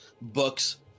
books